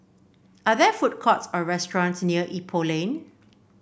are there food courts or restaurants near Ipoh Lane